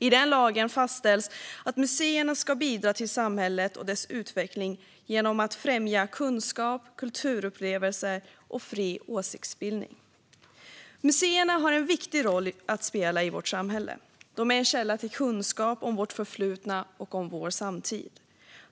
I den lagen fastställs att museerna ska bidra till samhället och dess utveckling genom att främja kunskap, kulturupplevelser och fri åsiktsbildning. Museerna har en viktig roll att spela i vårt samhälle. De är en källa till kunskap om vårt förflutna och om vår samtid.